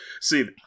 see